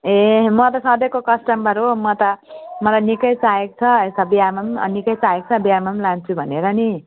ए म त सधैँको कस्टमर हो म त मलाई निकै चाहिएको छ यता बिहेमा पनि निकै चाहिएको छ बिहेमा पनि लान्छु भनेर नि